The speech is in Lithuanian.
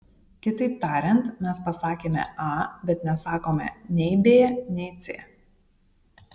kitaip tariant mes pasakėme a bet nesakome nei b nei c